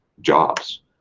jobs